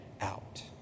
out